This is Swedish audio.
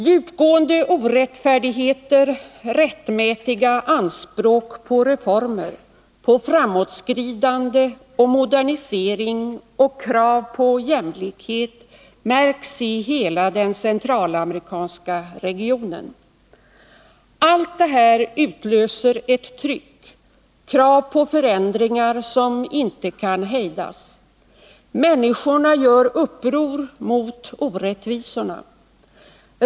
Djupgående orättfärdigheter, rättmätiga anspråk på reformer, på framåtskridande och modernisering och krav på jämlikhet märks i hela den centralamerikanska regionen. Allt detta utlöser ett tryck, krav på förändringar som inte kan hejdas. Människorna gör uppror mot orättvisorna.